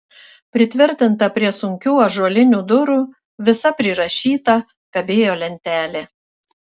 pritvirtinta prie sunkių ąžuolinių durų visa prirašyta kabėjo lentelė